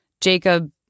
Jacob